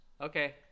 Okay